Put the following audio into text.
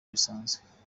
bisanzwe